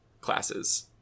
classes